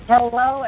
Hello